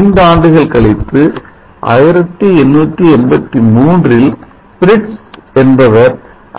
5 ஆண்டுகள் கழித்து 1883 இல் பிரிட்ஸ் என்பவர்